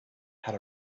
had